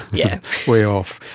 yeah way off.